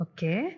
Okay